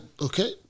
okay